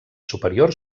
superior